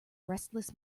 restless